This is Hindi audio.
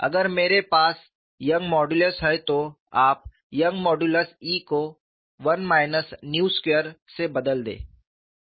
अगर मेरे पास यंग मॉडुलस हैं तो आप यंग मॉडुलस E को से बदल दें